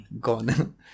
Gone